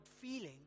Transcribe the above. feeling